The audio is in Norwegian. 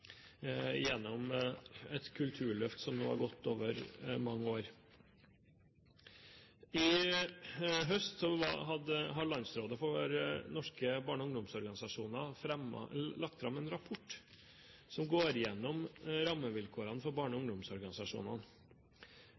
gjennom et kulturløft som nå har gått over mange år. I høst har Landsrådet for Norges barne- og ungdomsorganisasjoner lagt fram en rapport som går gjennom rammevilkårene for barne- og ungdomsorganisasjonene.